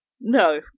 No